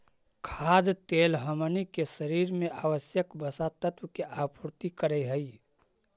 खाद्य तेल हमनी के शरीर में आवश्यक वसा तत्व के आपूर्ति करऽ हइ